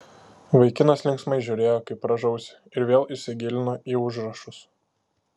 vaikinas linksmai žiūrėjo kaip rąžausi ir vėl įsigilino į užrašus